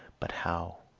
but how?